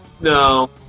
No